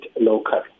local